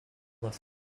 have